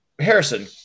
Harrison